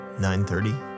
9.30